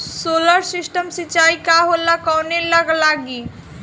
Solar system सिचाई का होला कवने ला लागी?